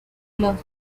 los